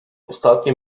ostatnie